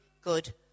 good